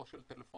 לא של טלפונים,